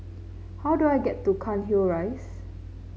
how do I get to Cairnhill Rise